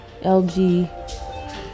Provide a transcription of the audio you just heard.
LG